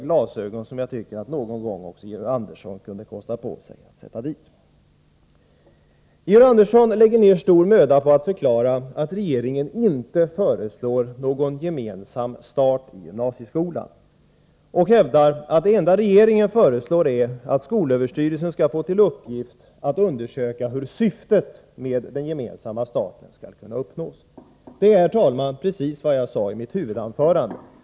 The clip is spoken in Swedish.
Det tycker jag att också Georg Andersson någon gång skulle kunna betänka. Georg Andersson lägger ned stor möda på att förklara att regeringen inte föreslår någon gemensam start i gymnasieskolan och hävdar att det enda som regeringen föreslår är att skolöverstyrelsen skall få till uppgift att undersöka hur syftet med den gemensamma starten skall kunna uppnås. Det är, herr talman, precis vad jag sade i mitt huvudanförande.